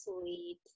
sweet